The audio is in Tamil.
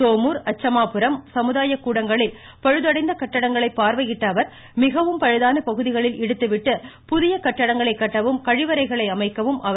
சோமுர் அச்சமாபுரம் சமுதாய கூடங்களில் பழுதடைந்த கட்டிடங்களை பார்வையிட்ட அவர் மிகவும் பழுதான பகுதிகளை இடித்து விட்டு புதிய கட்டிடங்களை கட்டவும் கழிவறைகளை அமைக்கவும் அவர் அறிவுறுத்தினார்